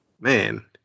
man